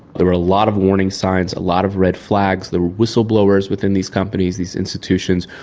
there were a lot of warning signs, a lot of red flags, there were whistleblowers within these companies, these institutions,